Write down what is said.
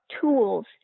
tools